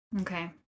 Okay